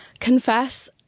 confess